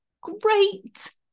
Great